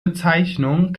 bezeichnung